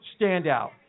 standout